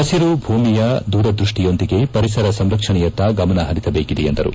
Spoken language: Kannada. ಪಸಿರು ಭೂಮಿಯ ದೂರದೃಷ್ಟಿಯೊಂದಿಗೆ ಪರಿಸರ ಸಂರಕ್ಷಣೆಯತ್ತ ಗಮನಪರಿಸಬೇಕಿದೆ ಎಂದರು